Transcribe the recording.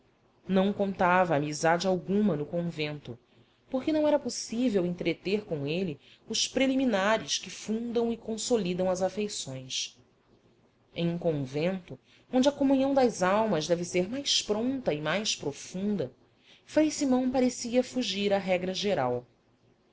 não contava amizade alguma no convento porque não era possível entreter com ele os preliminares que fundam e consolidam as afeições em um convento onde a comunhão das almas deve ser mais pronta e mais profunda frei simão parecia fugir à regra geral